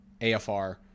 AFR